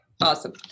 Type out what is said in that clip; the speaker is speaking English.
Awesome